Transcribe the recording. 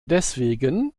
deswegen